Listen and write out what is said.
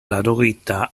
laurogeita